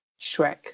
Shrek